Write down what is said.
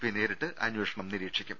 P നേരിട്ട് അന്വേഷണം നിരീക്ഷി ക്കും